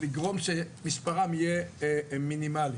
לגרום שמספרם יהיה מינימלי.